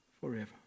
forever